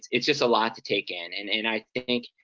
it's just a lot to take in. and and i think,